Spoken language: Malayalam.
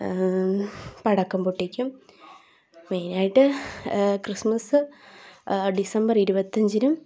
പടക്കം പൊട്ടിക്കും മെയിനായിട്ട് ക്രിസ്മസ് ഡിസംബർ ഇരുപത്തഞ്ചിനും